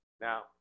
now